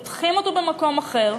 פותחים אותו במקום אחר,